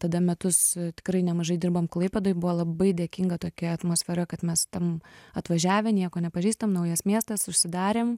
tada metus tikrai nemažai dirbom klaipėdoj buvo labai dėkinga tokia atmosfera kad mes tam atvažiavę nieko nepažįstam naujas miestas užsidarėm